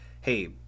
hey